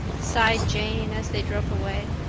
sighed jane, as they drove away.